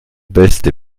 beste